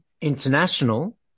international